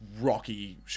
rocky